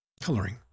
coloring